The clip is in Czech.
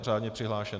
Řádně přihlášen.